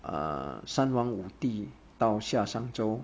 err 三王武帝到夏商周